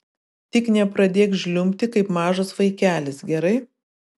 tik nepradėk žliumbti kaip mažas vaikelis gerai